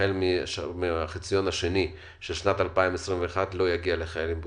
החל מהחציון השני של שנת 2021 לא יגיע לחיילים בודדים,